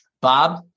Bob